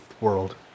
world